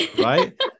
right